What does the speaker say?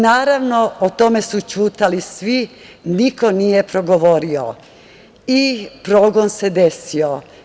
Naravno, o tome su ćutali svi, niko nije progovorio i progon se desio.